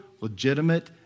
legitimate